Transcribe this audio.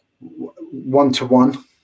one-to-one